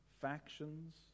factions